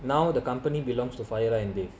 now the company belongs to farhira and dave